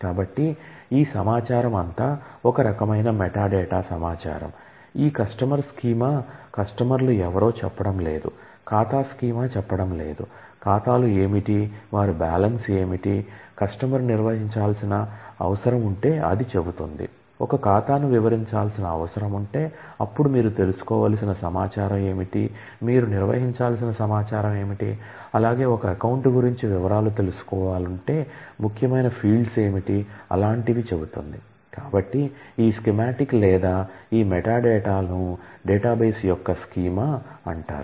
కాబట్టి ఈ సమాచారం అంతా ఒక రకమైన మెటాడేటా అంటారు